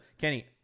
Kenny